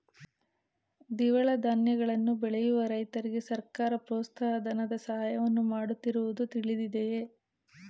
ದ್ವಿದಳ ಧಾನ್ಯಗಳನ್ನು ಬೆಳೆಯುವ ರೈತರಿಗೆ ಸರ್ಕಾರ ಪ್ರೋತ್ಸಾಹ ಧನದ ಸಹಾಯವನ್ನು ಮಾಡುತ್ತಿರುವುದು ತಿಳಿದಿದೆಯೇ?